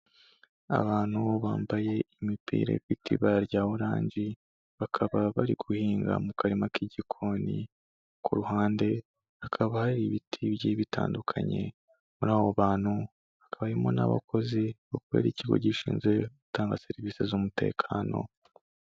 Abantu bambaye imipira ifite ibara rya oranje bakaba bari guhinga mu karima k'igikoni, ku ruhande hakaba hari ibiti bigiye bitandukanye, muri abo bantu hakaba harimo n'abakozi bakorera ikigo gishinzwe gutanga serivisi z'umutekano.